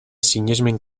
sinesmen